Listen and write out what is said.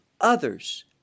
others